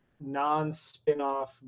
non-spinoff